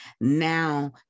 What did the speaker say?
now